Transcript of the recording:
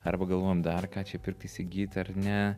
arba galvojam dar ką čia pirkt įsigyt ar ne